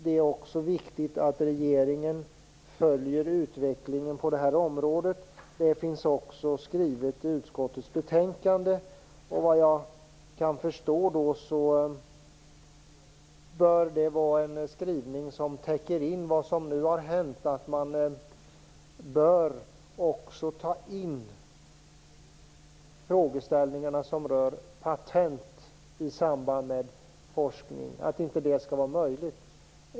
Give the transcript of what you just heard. Det är också viktigt att regeringen följer utvecklingen på detta område. Det finns skrivet i utskottets betänkande. Såvitt jag kan förstå bör det vara en skrivning som täcker in vad som nu har hänt. Man bör också ta in frågeställningarna som rör patent i samband med forskning. Det skall inte vara möjligt.